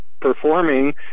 performing